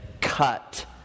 cut